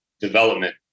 development